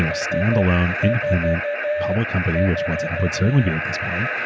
and standalone, independent public company, which whatsapp would certainly be at this point,